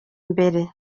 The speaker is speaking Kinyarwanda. mbere